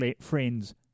friends